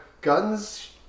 guns